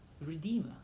Redeemer